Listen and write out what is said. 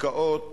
עסקאות